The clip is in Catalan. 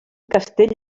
castell